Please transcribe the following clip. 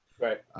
right